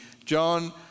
John